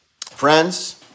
Friends